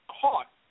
caught